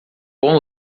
bom